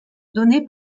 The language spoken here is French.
donné